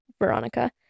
veronica